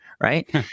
right